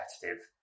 competitive